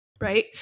Right